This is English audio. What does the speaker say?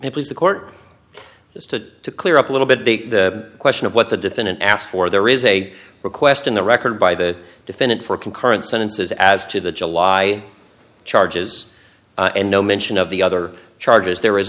was the court just to clear up a little bit dig the question of what the defendant asked for there is a request in the record by the defendant for concurrent sentences as to the july charges and no mention of the other charges there is